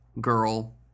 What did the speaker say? girl